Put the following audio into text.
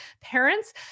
parents